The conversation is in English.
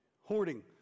hoarding